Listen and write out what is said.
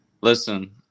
Listen